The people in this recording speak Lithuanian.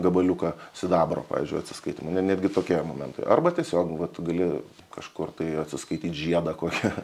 gabaliuką sidabro pavyzdžiui atsiskaitymui ne netgi tokie momentai arba tiesiog vat gali kažkur tai atsiskaityt žiedą kokį